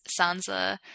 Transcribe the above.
Sansa